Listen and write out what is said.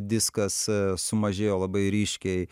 diskas sumažėjo labai ryškiai